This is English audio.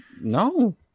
No